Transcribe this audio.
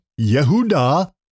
Yehuda